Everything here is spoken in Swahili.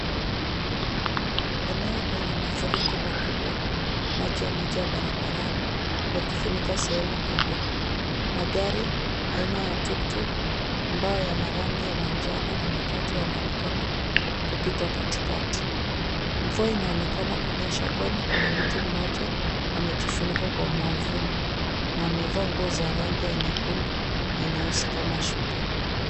Eneo lenye mafuriko makubwa. Maji yamejaa barabarani, yakifunika sehemu kubwa. Magari, aina ya tuktuk ambayo yana rangi ya manjano na matatu yanaonekana kupita katikati. Mvua inaonekana kunyesha kwani kuna mtu mmoja amejifunika kwa mwavuli, na amevaa nguo za nyekundu na nyeusi kama shuka.